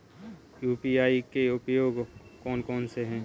UPI के उपयोग कौन कौन से हैं?